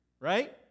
right